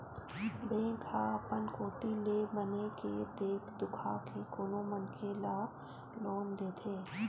bank ह अपन कोती ले बने के देख दुखा के कोनो मनखे ल लोन देथे